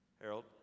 Harold